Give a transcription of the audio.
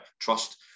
trust